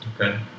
Okay